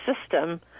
system